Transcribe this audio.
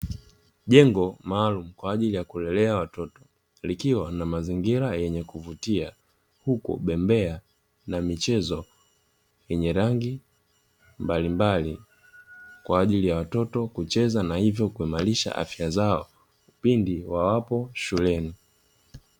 Jengo maalum kwa ajili ya kulelea watoto likiwa na mazingira yenye kuvutia huko bembea na michezo yenye rangi mbalimbali kwa ajili ya watoto kucheza na hivyo kuimarisha afya zao pindi wapo shuleni.